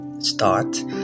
start